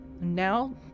Now